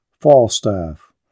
Falstaff